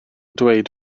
dweud